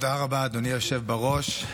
תודה רבה, אדוני היושב בראש.